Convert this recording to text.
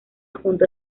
junto